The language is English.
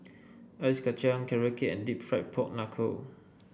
Ice Kacang Carrot Cake and deep fried Pork Knuckle